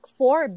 four